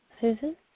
Susan